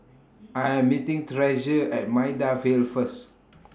I Am meeting Treasure At Maida Vale First